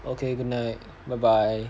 okay good night bye bye